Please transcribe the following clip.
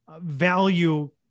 value